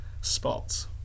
spots